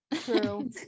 True